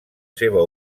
seva